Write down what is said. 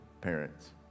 parents